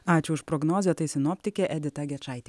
ačiū už prognozę tai sinoptikė edita gečaitė